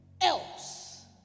else